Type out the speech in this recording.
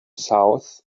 south